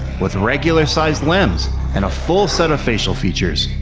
with regular sized limbs and a full set of facial features.